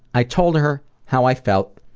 i told her how i felt,